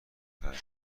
تجربه